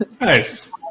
Nice